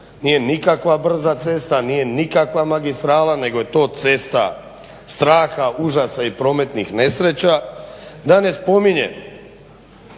nije nikakva brza cesta, nije nikakva magistrala nego je to cesta straha, užasa i prometnih nesreća, da ne spominjem